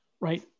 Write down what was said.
Right